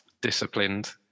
disciplined